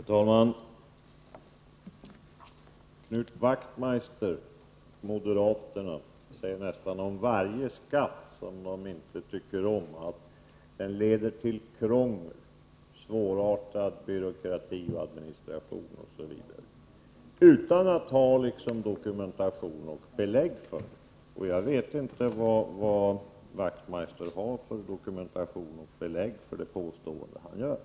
Herr talman! Knut Wachtmeister, moderaterna, säger nästan om varje skatt som moderaterna inte tycker om, att den leder till krångel, svårartad byråkrati och administration osv. — utan att ha dokumentation för detta. Jag vet inte vad Knut Wachtmeister har för belägg för det påstående han gör.